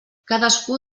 cadascú